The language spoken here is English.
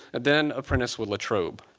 and then apprenticed with latrobe.